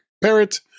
Parrot